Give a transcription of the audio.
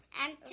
and